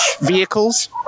vehicles